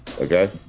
okay